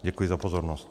Děkuji za pozornost.